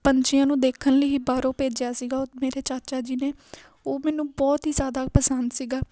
ਪੰਛੀਆਂ ਨੂੰ ਦੇਖਣ ਲਈ ਬਾਹਰੋਂ ਭੇਜਿਆ ਸੀਗਾ ਓਹ ਮੇਰੇ ਚਾਚਾ ਜੀ ਨੇ ਉਹ ਮੈਨੂੰ ਬਹੁਤ ਹੀ ਜਿਆਦਾ ਪਸੰਦ ਸੀਗਾ